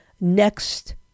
next